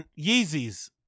Yeezys